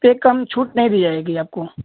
तो एक कम छुट नहीं दी जायेगी आपको